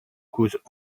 cause